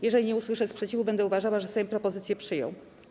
Jeżeli nie usłyszę sprzeciwu, będę uważała, że Sejm propozycję przyjął.